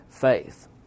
faith